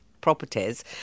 properties